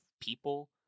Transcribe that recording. people